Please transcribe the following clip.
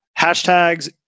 Hashtags